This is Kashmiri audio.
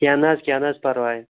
کیٚنٛہہ نہَ حظ کیٚنٛہہ نہَ حظ پرواے